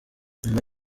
nyuma